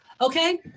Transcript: Okay